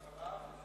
ואחריו?